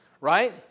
Right